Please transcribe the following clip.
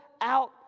out